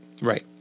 Right